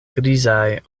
grizaj